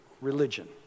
religion